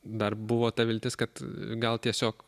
dar buvo ta viltis kad gal tiesiog